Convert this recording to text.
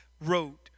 wrote